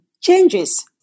changes